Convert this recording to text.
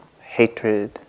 hatred